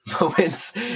moments